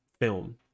film